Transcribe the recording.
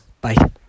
Bye